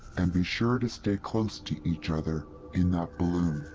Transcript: and be sure to stay close to each other in that balloon.